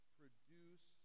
produce